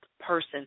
person